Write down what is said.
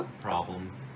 problem